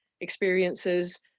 experiences